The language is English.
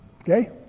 Okay